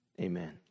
amen